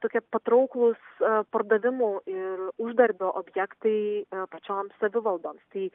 tokie patrauklūs pardavimų ir uždarbio objektai pačioms savivaldoms tai